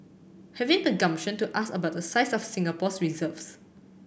having the gumption to ask about the size of Singapore's reserves